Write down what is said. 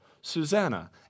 Susanna